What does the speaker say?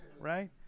Right